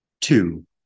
Two